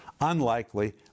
Unlikely